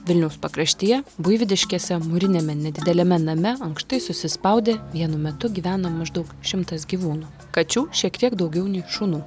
vilniaus pakraštyje buivydiškėse mūriniame nedideliame name ankštai susispaudę vienu metu gyvena maždaug šimtas gyvūnų kačių šiek tiek daugiau nei šunų